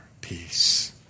peace